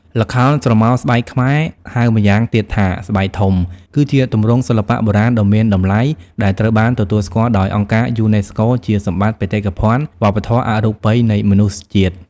ល្ខោនស្រមោលស្បែកខ្មែរ ហៅម្យ៉ាងទៀតថា ស្បែកធំ គឺជាទម្រង់សិល្បៈបុរាណដ៏មានតម្លៃដែលត្រូវបានទទួលស្គាល់ដោយអង្គការយូណេស្កូជាសម្បត្តិបេតិកភណ្ឌវប្បធម៌អរូបីនៃមនុស្សជាតិ។